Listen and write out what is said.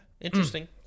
Interesting